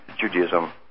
Judaism